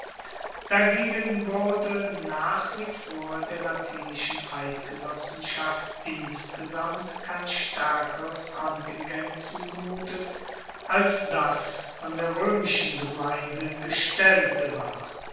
dagegen wurde nach wie vor der latinischen eidgenossenschaft insgesamt kein staerkeres kontingent zugemutet als das von der roemischen gemeinde gestellte war